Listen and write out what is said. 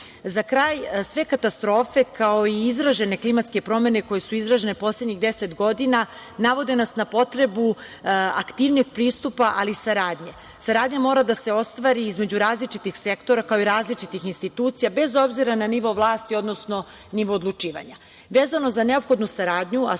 kraj, sve katastrofe i izražene klimatske promene koje su izražene poslednjih deset godina navode nas na potrebu aktivnijeg pristupa, ali i saradnje. Saradnja mora da se ostvari između različitih sektora, kao i različitih institucija, bez obzira na nivo vlasti, odnosno nivo odlučivanja. Vezano za neophodnu saradnju, a